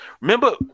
Remember